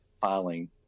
filing